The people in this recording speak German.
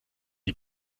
die